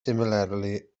similarly